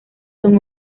son